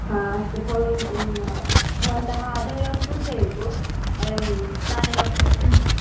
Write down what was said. हा अस्तु भवान् भवन्तः आदौ एव सूचयन्तु वयं तानेव फोकस् कुर्मः